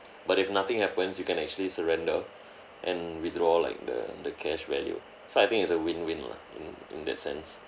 but if nothing happens you can actually surrender and withdraw like the the cash value so I think it's a win win lah in in that sense